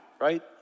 right